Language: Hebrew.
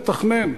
תתכנן.